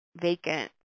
vacant